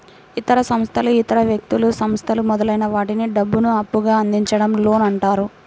ఇతర సంస్థలు ఇతర వ్యక్తులు, సంస్థలు మొదలైన వాటికి డబ్బును అప్పుగా అందించడం లోన్ అంటారు